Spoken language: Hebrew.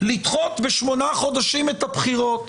לדחות בשמונה חודשים את הבחירות.